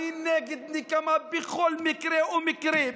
אני נגד נקמה בכל מקרה ומקרה,